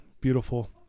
beautiful